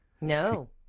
no